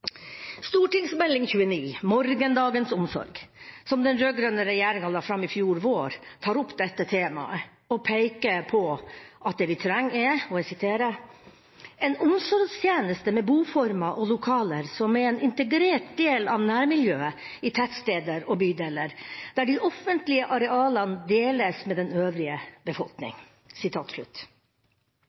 29 for 2012–2013, Morgendagens omsorg, som den rød-grønne regjeringa la fram i fjor vår, tar opp dette temaet og peker på at det vi trenger, er: «– En omsorgstjeneste med boformer og lokaler som er en integrert del av nærmiljøet i tettsteder og bydeler, der de offentlige arealene deles med den øvrige befolkning.»